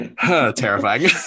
terrifying